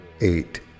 eight